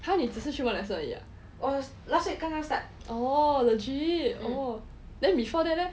!huh! 你只是去 one lesson 而已 ah oh legit oh then before that leh